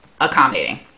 accommodating